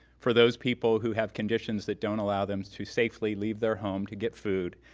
for those people who have conditions that don't allow them to safely leave their home to get food,